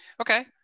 Okay